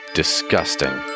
disgusting